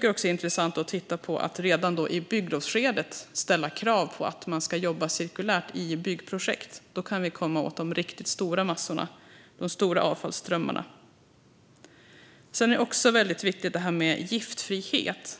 är också intressant att titta på att redan i bygglovsskedet ställa krav på att man jobba cirkulärt i byggprojekt. Då kan vi komma åt de riktigt stora massorna och avfallsströmmarna. Det är också väldigt viktigt med giftfrihet.